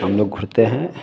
हम लोग घूमते हैं